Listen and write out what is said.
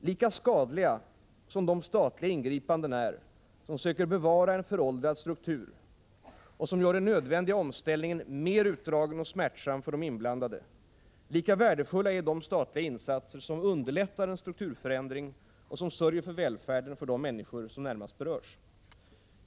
Lika skadliga som de statliga ingripanden är som söker bevara en föråldrad struktur — och som gör den nödvändiga omställningen mer utdragen och smärtsam för de inblandade — lika värdefulla är de statliga insatser som underlättar en strukturförändring och som sörjer för välfärden för de människor som närmast berörs.